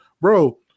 bro